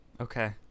Okay